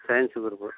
science group